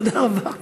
תודה רבה.